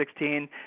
2016